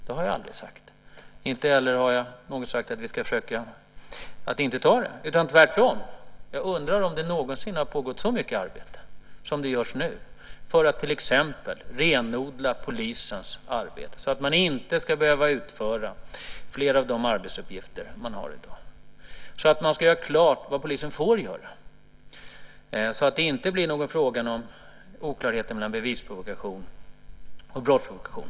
Det har jag aldrig sagt. Inte heller har jag sagt att vi ska försöka att inte ta det. Tvärtom undrar jag om det någonsin har pågått så mycket arbete som det gör nu för att till exempel renodla polisens arbete så att den inte ska behöva utföra fler av de arbetsuppgifter som den har i dag. Man ska göra klart vad polisen får göra så att det inte blir fråga om oklarheter mellan bevisprovokation och brottsprovokation.